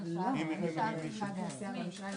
הרוויזיה הבאה על פנייה מספר 9000. יכולים